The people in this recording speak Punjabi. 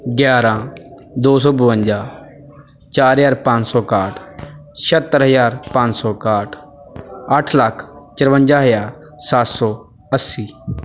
ਗਿਆਰਾਂ ਦੋ ਸੌ ਬਵੰਜਾ ਚਾਰ ਹਜ਼ਾਰ ਪੰਜ ਸੌ ਇਕਾਹਠ ਛੇਹੱਤਰ ਹਜ਼ਾਰ ਪੰਜ ਸੌ ਇਕਾਹਠ ਅੱਠ ਲੱਖ ਚੁਰੰਜਾ ਹਜ਼ਾਰ ਸੱਤ ਸੌ ਅੱਸੀ